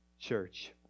church